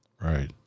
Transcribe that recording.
Right